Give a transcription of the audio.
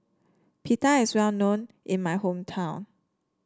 pita is well known in my hometown